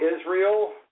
Israel